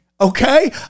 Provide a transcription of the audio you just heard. okay